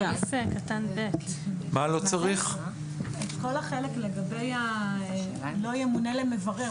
את כל החלק לגבי "לא ימונה למברר".